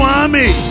army